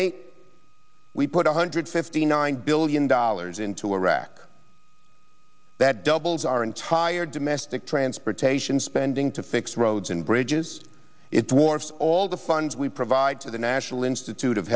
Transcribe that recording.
eight we put one hundred fifty nine billion dollars into iraq that doubles our entire domestic transportation spending to fix roads and bridges it warps all the funds we provide to the national institute of